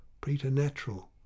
preternatural